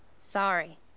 Sorry